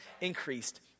increased